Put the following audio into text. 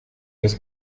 das